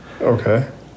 Okay